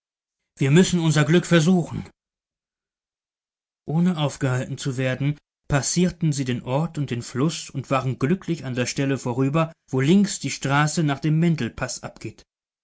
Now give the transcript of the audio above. wir müssen unser glück versuchen ohne aufgehalten zu werden passierten sie den ort und den fluß und waren glücklich an der stelle vorüber wo links die straße nach dem mendelpaß abgeht